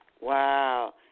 Wow